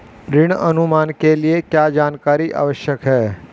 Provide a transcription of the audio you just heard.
ऋण अनुमान के लिए क्या जानकारी आवश्यक है?